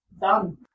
Done